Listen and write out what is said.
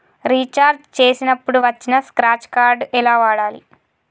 Recharge చేసినప్పుడు వచ్చిన scratch card ఎలా వాడాలి?